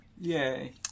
Yay